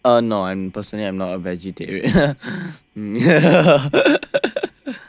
ah no I personally am not a vegetarian